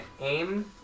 aim